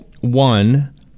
One